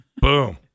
Boom